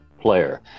player